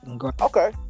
okay